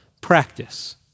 practice